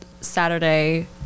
saturday